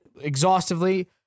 exhaustively